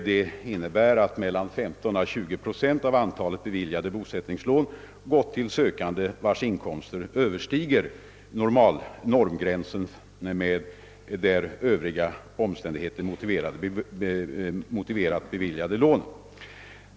Det innebär att mellan 15 och 20 procent av antalet beviljade bosättningslån gått till sökande vilkas inkomster överstiger normgränsen men där övriga omständigheter motiverat beviljande av lån.